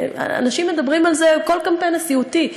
אנשים מדברים על זה בכל קמפיין נשיאותי,